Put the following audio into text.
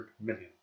million